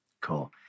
cool